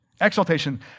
Exaltation